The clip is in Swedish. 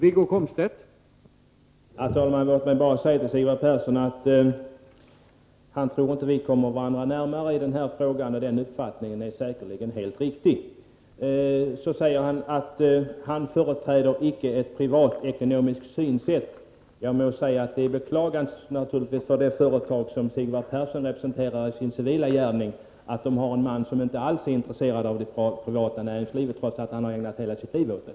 Herr talman! Sigvard Persson tror inte att vi kommer varandra närmare i denna fråga. Den uppfattningen är säkerligen helt riktig. Vidare säger Sigvard Persson att han icke företräder ett privatekonomiskt synsätt. Jag må då säga att det naturligtvis är beklagansvärt för de företag som Sigvard Persson representerar i sin civila gärning att de har en man som inte alls är intresserad av det privata näringslivet, trots att han ägnat hela sitt liv åt det.